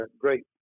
great